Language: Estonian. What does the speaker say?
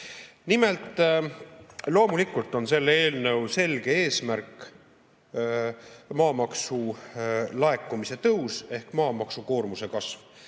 Nimelt, loomulikult on selle eelnõu selge eesmärk maamaksu laekumise tõus ehk maamaksukoormuse kasv.